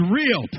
real